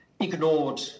ignored